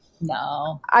No